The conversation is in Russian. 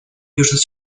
южный